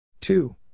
Two